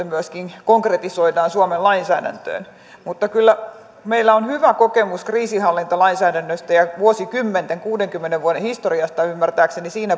myöskin konkretisoidaan suomen lainsäädäntöön mutta kyllä meillä on hyvä kokemus kriisinhallintalainsäädännöstä ja vuosikymmenten ymmärtääkseni kuudenkymmenen vuoden historiasta sillä